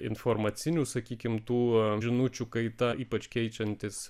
informacinių sakykim tų žinučių kaita ypač keičiantis